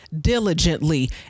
diligently